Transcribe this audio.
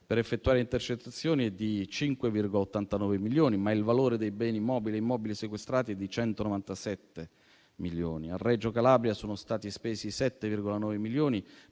per effettuare intercettazioni è di 5,89 milioni, ma il valore dei beni mobili e immobili sequestrati è di 197 milioni. A Reggio Calabria sono stati spesi 7,9 milioni,